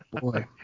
boy